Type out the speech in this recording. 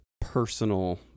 personal